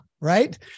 Right